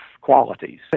qualities